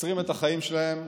עוצרים את החיים שלהם,